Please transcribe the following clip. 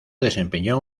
desempeñó